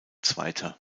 zweiter